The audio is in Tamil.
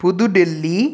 புதுடெல்லி